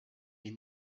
est